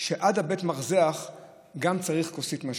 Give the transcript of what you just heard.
גם עד בית המרזח צריך כוסית משקה,